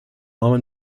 normen